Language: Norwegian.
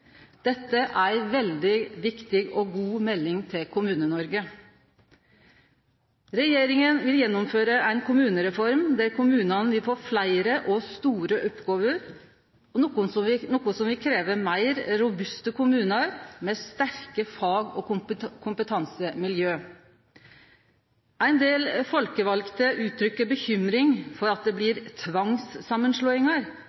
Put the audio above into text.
Dette er ei veldig viktig og god melding til Kommune-Noreg. Regjeringa vil gjennomføre ei kommunereform der kommunane vil få fleire og store oppgåver, noko som vil krevje meir robuste kommunar, med sterke fag- og kompetansemiljø. Ein del folkevalde er bekymra for at det